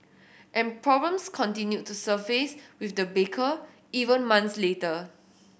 and problems continued to surface with the baker even months later